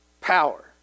power